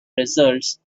results